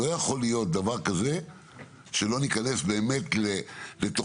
לא יכול להיות דבר כזה שלא ניכנס באמת לתוכנית